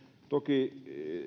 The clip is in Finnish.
toki